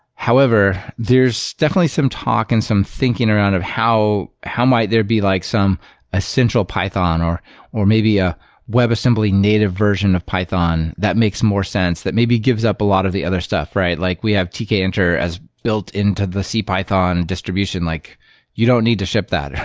however, there's definitely some talk and some thinking around of how how might there be like some essential python or or maybe a webassembly native version of python that makes more sense that maybe gives up a lot of the other stuff. like we have tkinter as built into the c python distribution. like you don't need to ship that.